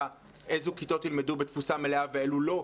איזה כיתות ילמדו בתפוסה מלאה ואיזה לא,